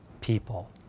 people